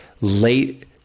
late